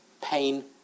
pain